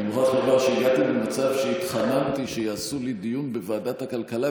אני מוכרח לומר שהגעתי למצב שהתחננתי שיעשו לי דיון בוועדת הכלכלה,